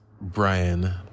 Brian